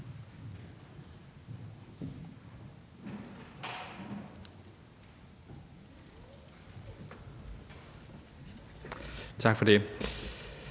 Tak for det.